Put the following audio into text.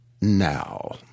Now